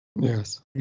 Yes